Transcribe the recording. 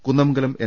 Kunnamangalam N